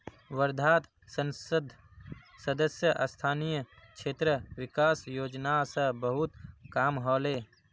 वर्धात संसद सदस्य स्थानीय क्षेत्र विकास योजना स बहुत काम ह ले